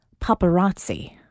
paparazzi